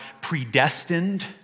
predestined